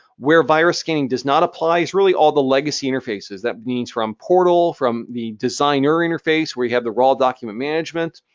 where virus scanning does not apply is really all the legacy interfaces. that means from portal, from the designer interface where you have the raw document management.